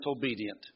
disobedient